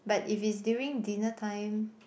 but if it's during dinner time